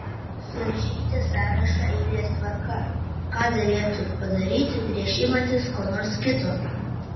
surašykite sąrašą eilės tvarka ką derėtų padaryti prieš imantis ko nors kito